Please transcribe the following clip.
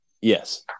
yes